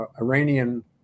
Iranian